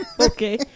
Okay